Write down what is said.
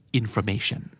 information